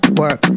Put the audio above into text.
work